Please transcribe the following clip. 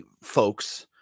folks